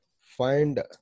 find